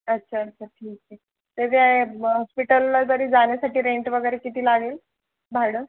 अच्छा अच्छा ठीक आहे तर त्या ब हॉस्पिटलला जरी जाण्यासाठी रेन्ट वगैरे किती लागेल भाडं